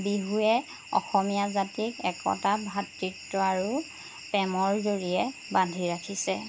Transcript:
বিহুৱে অসমীয়া জাতিক একতা ভাতৃত্ব আৰু প্ৰেমৰ জৰিয়ে বান্ধি ৰাখিছে